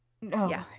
no